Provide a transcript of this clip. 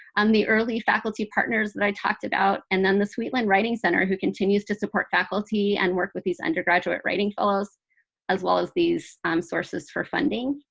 um the early faculty partners that i talked about, and then the sweetland writing center who continues to support faculty and work with these undergraduate writing fellows as well as these sources for funding.